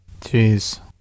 jeez